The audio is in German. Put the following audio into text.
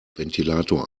ventilator